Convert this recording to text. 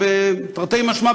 תרתי משמע,